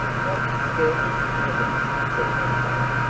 what discourteous pagans! said bumpo.